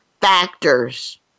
factors